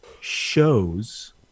shows